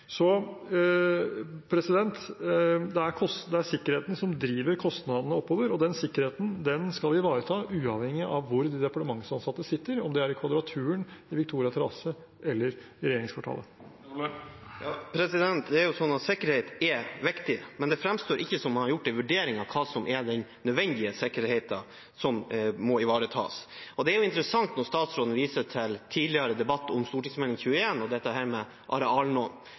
Det er sikkerheten som driver kostnadene oppover, og den sikkerheten skal vi ivareta uavhengig av hvor de departementsansatte sitter – om det er i Kvadraturen, Victoria terrasse eller regjeringskvartalet. Sikkerhet er viktig, men det framstår ikke som om man har gjort en vurdering av hva som er den nødvendige sikkerheten som må ivaretas. Det er interessant når statsråden viser til tidligere debatt om Meld. St. 21 for 2018–2019 og dette med arealnorm. Tidligere i dag sa jo statsråden at det å gi hver ansatt et normalt kontor – som vi nå